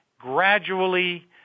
gradually